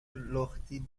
لختی